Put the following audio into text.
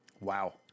Wow